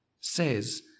says